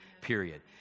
period